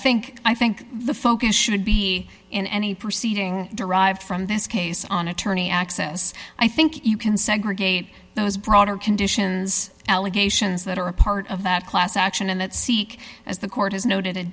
think i think the focus should be in any proceeding derived from this case on attorney access i think you can segregate those broader conditions allegations that are a part of that class action and that seek as the court has noted